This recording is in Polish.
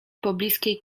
pobliskiej